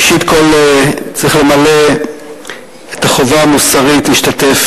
ראשית כול צריך למלא את החובה המוסרית להשתתף